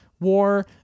war